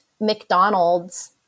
McDonald's